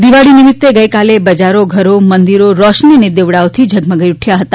દિવાળી નિમિત્તે ગઇકાલે બજારો ઘરો મંદિરો રોશની અને દિવડાઓથી ઝગમગી ઉઠયા હતા